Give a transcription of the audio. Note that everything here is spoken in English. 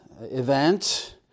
event